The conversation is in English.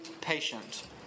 patient